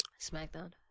SmackDown